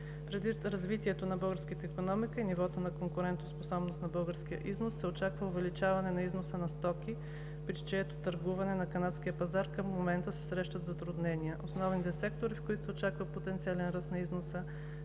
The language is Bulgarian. Предвид развитието на българската икономика и нивото на конкурентоспособност на българския износ се очаква увеличаване на износа на стоки, при чието търгуване на канадския пазар към момента се срещат затруднения. Основните сектори, в които се очаква потенциален ръст на износа,